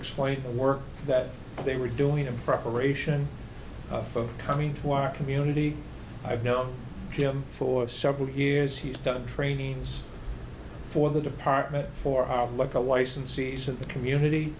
explain the work that they were doing in preparation of coming to our community i've known him for several years he's done trainings for the department for outlook a licensees of the community